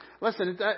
Listen